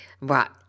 Right